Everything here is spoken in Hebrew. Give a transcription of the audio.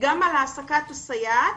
גם על העסקת הסייעת,